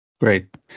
Great